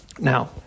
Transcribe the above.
Now